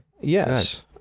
Yes